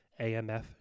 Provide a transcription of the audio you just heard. AMF